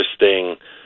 interesting